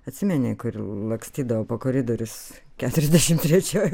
atsimeni kuri lakstydavo po koridorius keturiasdešimt trečioj